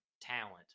talent